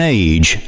age